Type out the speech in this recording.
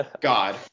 God